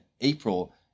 April